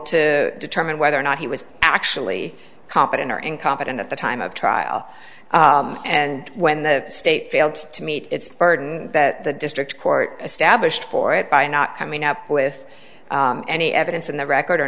to determine whether or not he was actually competent or incompetent at the time of trial and when the state failed to meet its burden that the district court established for it by not coming up with any evidence in the record or